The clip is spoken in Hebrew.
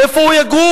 איפה הוא יגור?